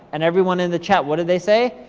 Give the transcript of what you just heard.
and everyone in the chat, what do they say?